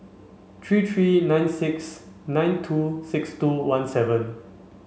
three three nine six nine two six two one seven